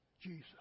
Jesus